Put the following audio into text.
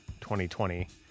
2020